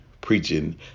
preaching